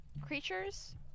creatures